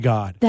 God